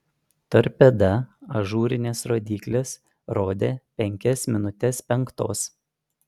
torpeda ažūrinės rodyklės rodė penkias minutes penktos